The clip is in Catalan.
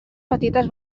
petites